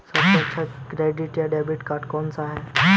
सबसे अच्छा डेबिट या क्रेडिट कार्ड कौन सा है?